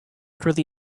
through